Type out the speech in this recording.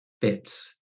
bits